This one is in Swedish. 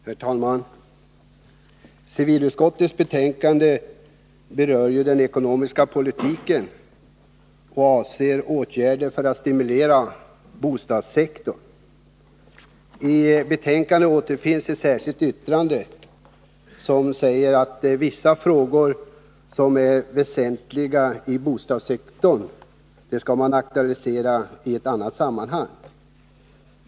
Herr talman! Civilutskottets betänkande berör den ekonomiska politiken — Tomträttslån och och avser åtgärder för att stimulera bostadssektorn. I betänkandet återfinns underhållslån, ett särskilt yttrande, där det sägs att vissa frågor som är väsentliga inom bostadssektorn skall aktualiseras i annat sammanhang.